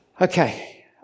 Okay